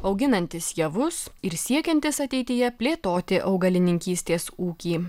auginantys javus ir siekiantys ateityje plėtoti augalininkystės ūkį